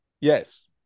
Yes